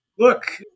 look